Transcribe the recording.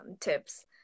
tips